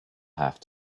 have